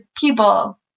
people